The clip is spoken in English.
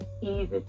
easy